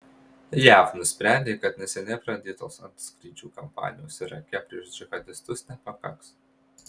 jav nusprendė kad neseniai pradėtos antskrydžių kampanijos irake prieš džihadistus nepakaks